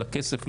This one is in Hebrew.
של הכסף,